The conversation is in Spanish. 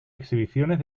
exhibiciones